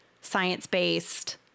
science-based